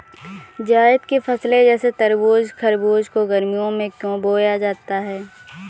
जायद की फसले जैसे तरबूज़ खरबूज को गर्मियों में क्यो बोया जाता है?